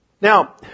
Now